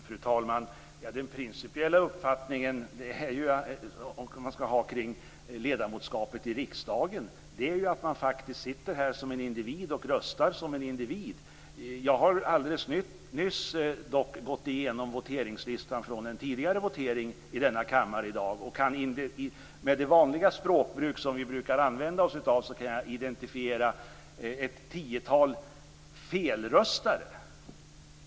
Fru talman! Den principiella uppfattningen man skall ha kring ledamotsskapet i riksdagen är ju att man faktiskt sitter som en individ och röstar som en individ. Jag har alldeles nyss gått igenom voteringslistan från en tidigare votering i denna kammare i dag, och med det vanliga språkbruk som vi brukar använda oss av kan jag identifiera ett tiotal s.k. felröstare.